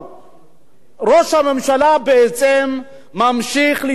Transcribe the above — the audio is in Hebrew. ראש הממשלה בעצם ממשיך לזרות חול בעיניים.